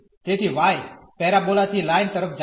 તેથી y parabola થી line તરફ જાય છે